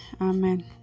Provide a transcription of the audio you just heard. Amen